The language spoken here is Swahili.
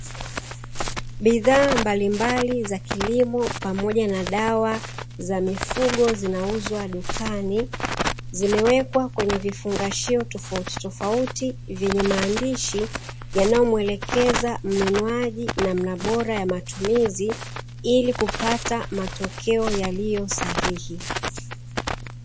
Bidhaa mbalimbali za kilimo, pamoja na dawa za mifugo zinauzwa dukani. Zimewekwa kwenye vifungashio tofautitofauti vyenye maandishi yanayomuelekeza mnunuaji namna bora ya matumizi, ili kupata matokeo yaliyo sahihi.